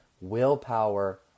willpower